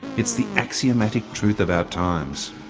it's the axiomatic truth of our times.